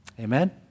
Amen